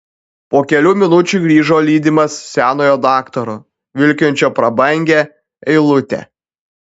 po kelių minučių grįžo lydimas senojo daktaro vilkinčio prabangią eilutę